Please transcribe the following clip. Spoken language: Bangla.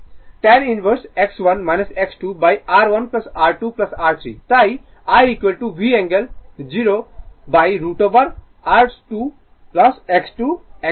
tan inverse X1 X2R1 R2 R3 তাই I V angle 0√ over R2 X2 angle θ